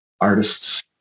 artists